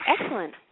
Excellent